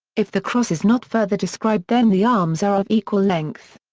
if the cross is not further described then the arms are of equal length.